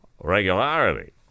Regularity